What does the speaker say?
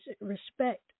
respect